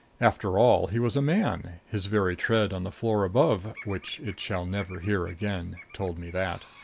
after all, he was a man his very tread on the floor above, which it shall never hear again, told me that.